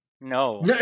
No